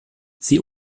sie